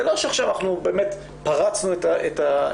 זה לא שעכשיו פרצנו את הסכר.